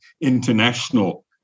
international